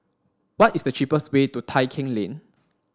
what is the cheapest way to Tai Keng Lane